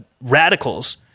radicals